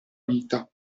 vita